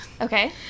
Okay